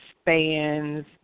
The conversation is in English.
spans